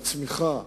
לצמיחה,